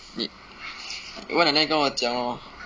你你问了 then 你跟我讲 lor